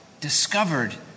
discovered